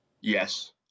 Yes